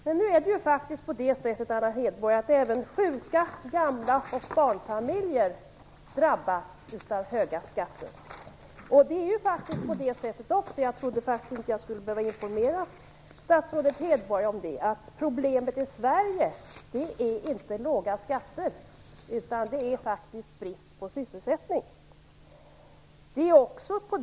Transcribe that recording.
Men nu är det faktiskt på det sättet, Anna Hedborg, att även sjuka, gamla och barnfamiljer drabbas av höga skatter. Jag trodde faktiskt inte att jag skulle behöva informera statsrådet Hedborg om att problemet i Sverige inte är låga skatter utan brist på sysselsättning.